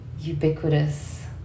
ubiquitous